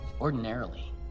ordinarily